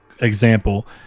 example